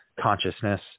consciousness